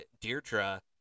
Deirdre